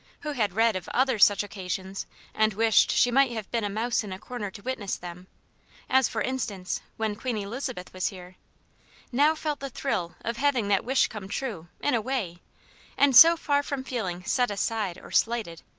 who had read of other such occasions and wished she might have been a mouse in a corner to witness them as, for instance, when queen elizabeth was here now felt the thrill of having that wish come true, in a way and so far from feeling set aside or slighted,